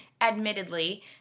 admittedly